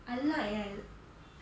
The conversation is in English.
I like eh